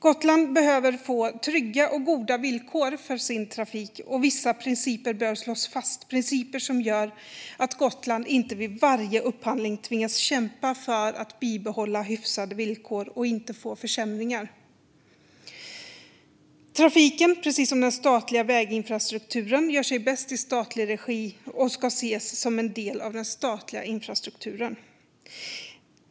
Gotland behöver få trygga och goda villkor för sin trafik, och vissa principer bör slås fast - principer som gör att Gotland inte vid varje upphandling tvingas kämpa för att bibehålla hyfsade villkor och inte få försämringar. Trafiken, precis som den statliga väginfrastrukturen, gör sig bäst i statlig regi och ska ses som en del av den statliga infrastrukturen.